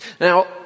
Now